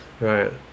right